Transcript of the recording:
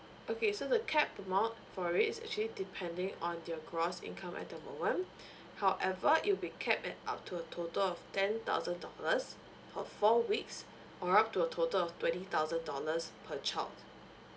okay so the cap amount for it is actually depending on your gross income at the moment however it'll be capped at up to a total of ten thousand dollars for four weeks or up to a total of twenty thousand dollars per child